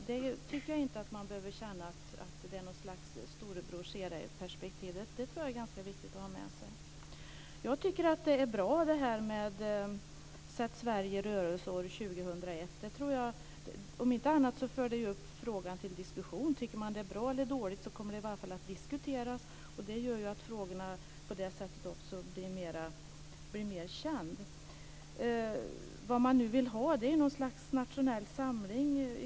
Där behöver man inte känna något slags storebror-ser-dig-perspektiv. Det är bra med kampanjen Sätt Sverige i rörelse 2001. Om inte annat för det upp frågan till diskussion. Vare sig man tycker att det är bra eller dåligt så kommer det i alla fall att diskuteras. På det sättet blir frågorna mer kända. Vad Folkhälsoinstitutet nu vill ha är något slags nationell samling.